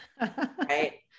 Right